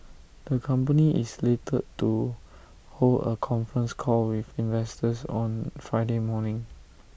the company is slated to hold A conference call with investors on Friday morning